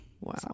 Wow